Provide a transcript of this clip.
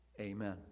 Amen